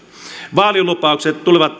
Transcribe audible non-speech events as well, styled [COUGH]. vaalilupaukset tulevat [UNINTELLIGIBLE]